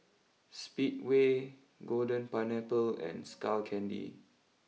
Speedway Golden Pineapple and Skull Candy